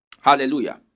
Hallelujah